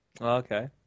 Okay